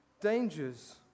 dangers